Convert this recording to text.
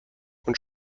und